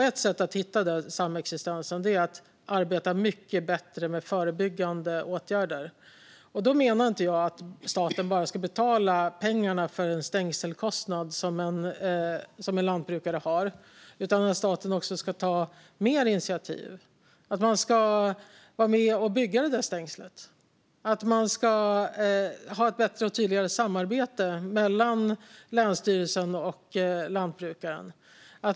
Ett sätt att hitta denna samexistens är att arbeta mycket bättre med förebyggande åtgärder. Då menar jag inte att staten bara ska betala för den stängselkostnad som en lantbrukare har utan att staten också ska ta fler initiativ och vara med och bygga detta stängsel. Man ska ha ett bättre och tydligare samarbete mellan länsstyrelsen och lantbrukaren.